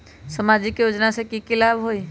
सामाजिक योजना से की की लाभ होई?